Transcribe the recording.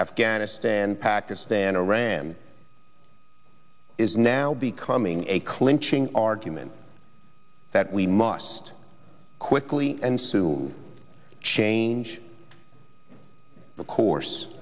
afghanistan pakistan iran is now becoming a clinching argument that we must quickly and sulu change the course